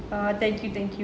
err thank you thank you